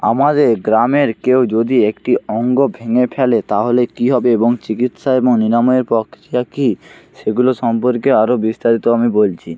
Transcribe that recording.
আমাদের গ্রামের কেউ যদি একটি অঙ্গ ভেঙে ফেলে তাহলে কী হবে এবং চিকিৎসা এবং নিরাময়ের প্রক্রিয়া কী সেগুলো সম্পর্কে আরও বিস্তারিত আমি বলছি